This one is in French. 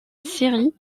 séries